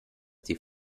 die